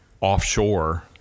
offshore